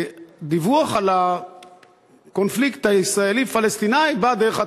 דיווח על הקונפליקט הישראלי פלסטיני בא דרך התקשורת.